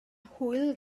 hwyl